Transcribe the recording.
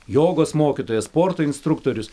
jogos mokytojas sporto instruktorius